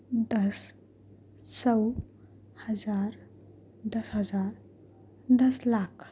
دس سو ہزار دس ہزار دس لاکھ